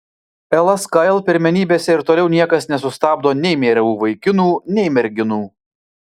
lskl pirmenybėse ir toliau niekas nesustabdo nei mru vaikinų nei merginų